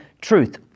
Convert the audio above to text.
truth